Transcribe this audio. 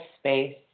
space